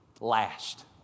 last